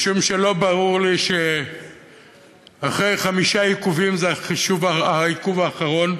משום שלא ברור לי שאחרי חמישה עיכובים זה העיכוב האחרון.